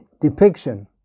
depiction